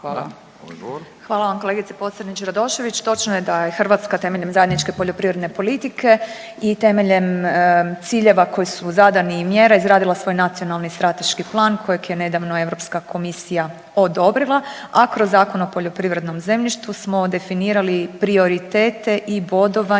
Hvala vam kolegice Pocrnić Radošević. Točno je da je Hrvatska temeljem zajedničke poljoprivredne politike i temeljem ciljeva koji su zadani i mjera izradila svoj nacionalni strateški plan kojeg je nedavno Europska komisija odobrila, a kroz Zakon o poljoprivrednom zemljištu smo definirali prioritete i bodovanje